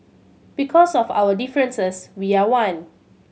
because of our differences we are one